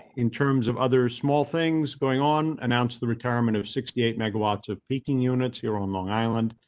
in terms of other small things going on, announced the retirement of sixty eight megawatts of peeking units here on long island.